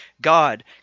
God